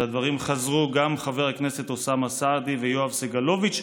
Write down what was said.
על הדברים חזרו גם חבר הכנסת אוסאמה סעדי ויואב סגלוביץ',